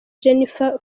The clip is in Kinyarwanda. jennifer